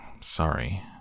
Sorry